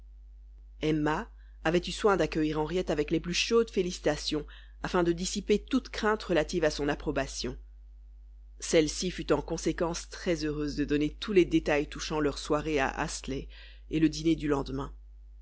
emma avait eu soin d'accueillir henriette avec les plus chaudes félicitations afin de dissiper toute crainte relative à son approbation celle-ci fut en conséquence très heureuse de donner tous les détails touchant leur soirée à astley et le dîner du lendemain